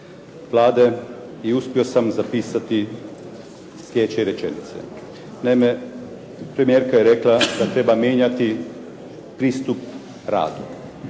Vlade i uspio sam zapisati slijedeće rečenice. Naime, premijerka je rekla da treba mijenjati pristup radu.